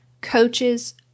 coaches